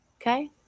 Okay